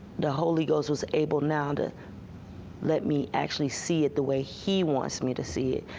the holy ghost was able now to let me actually see it the way he wants me to see it.